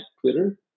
Twitter